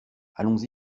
allons